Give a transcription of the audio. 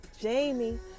Jamie